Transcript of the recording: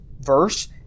verse